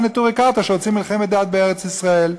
נטורי קרתא שרוצים מלחמת דת בארץ ישראל,